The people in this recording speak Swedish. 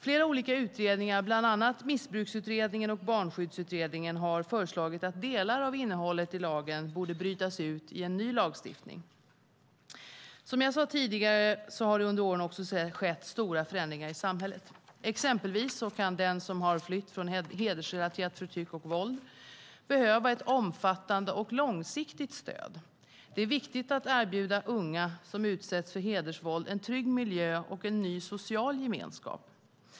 Flera olika utredningar, bland annat Missbruksutredningen och Barnskyddsutredningen, har föreslagit att delar av innehållet i lagen borde brytas ut i en ny lagstiftning. Som jag sade tidigare har det under åren skett stora förändringar i samhället. Exempelvis kan den som har flytt från hedersrelaterat förtryck och våld behöva ett omfattande och långsiktigt stöd. Det är viktigt att erbjuda unga som har utsatts för hedersvåld en trygg miljö och en ny social gemenskap.